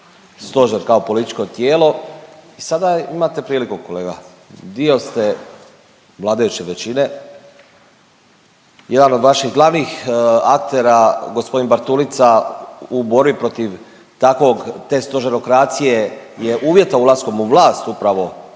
stožer kao političko tijelo i sada imate priliku, kolega. Dio ste vladajuće većine, jedan od vaših glavnih aktera, g. Bartulica u borbi protiv takvog, te stožerokracije je uvjetovao ulaskom u vlast